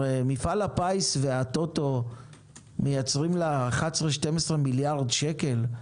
הרי מפעל הפיס והטוטו מייצרים לה 12-11 מיליארד שקל,